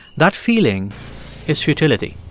that feeling is futility.